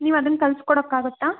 ನೀವು ಅದನ್ನು ಕಲಿಸ್ಕೊಡಕ್ಕಾಗತ್ತಾ